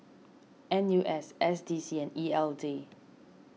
N U S S D C and E L D